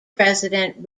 president